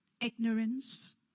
ignorance